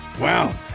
Wow